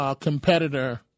competitor